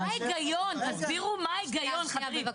תסבירו מה ההיגיון, חברים.